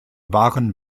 waren